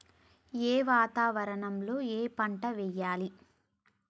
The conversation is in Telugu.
ఏ వాతావరణం లో ఏ పంట వెయ్యాలి?